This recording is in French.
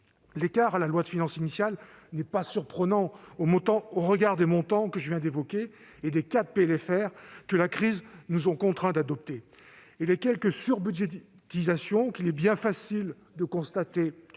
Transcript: L'écart à la loi de finances initiale n'est pas surprenant au regard des montants que je viens d'évoquer et des quatre PLFR que la crise nous a contraints d'adopter. Les quelques « surbudgétisations », qu'il est bien facile de constater,